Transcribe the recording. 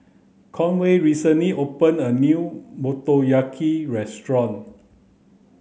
Conway recently opened a new Motoyaki restaurant